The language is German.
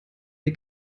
wir